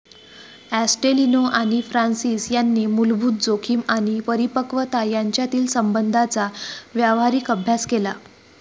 ॲस्टेलिनो आणि फ्रान्सिस यांनी मूलभूत जोखीम आणि परिपक्वता यांच्यातील संबंधांचा व्यावहारिक अभ्यास केला